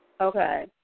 Okay